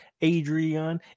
Adrian